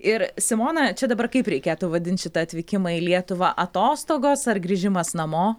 ir simona čia dabar kaip reikėtų vadint šitą atvykimą į lietuvą atostogos ar grįžimas namo